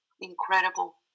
incredible